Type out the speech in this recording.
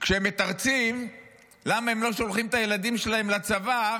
כשהם מתרצים למה הם לא שולחים את הילדים שלהם לצבא,